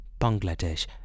Bangladesh